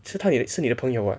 是他一是你的朋友 [what]